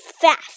fast